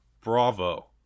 bravo